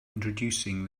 introducing